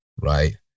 right